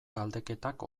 galdeketak